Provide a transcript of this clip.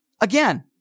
again